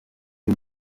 uyu